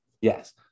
Yes